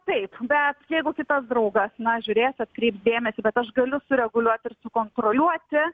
taip bet jeigu kitas draugas na žiūrės atkreips dėmesį bet aš galiu sureguliuot ir sukontroliuot